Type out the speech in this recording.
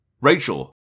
Rachel